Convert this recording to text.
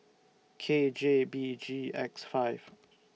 K J B G X five